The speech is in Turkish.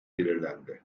belirlendi